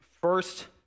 first